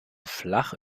flach